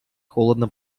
холодно